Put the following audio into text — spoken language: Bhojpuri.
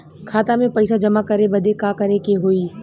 खाता मे पैसा जमा करे बदे का करे के होई?